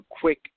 Quick